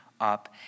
up